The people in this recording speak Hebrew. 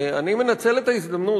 אני מנצל את ההזדמנות,